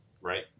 right